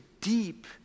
deep